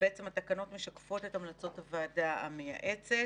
והתקנות משקפות את המלצות הוועדה המייעצת.